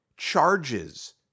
charges